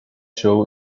show